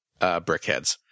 Brickheads